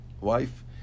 wife